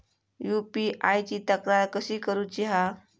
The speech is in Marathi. यू.पी.आय ची तक्रार कशी करुची हा?